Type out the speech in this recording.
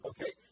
Okay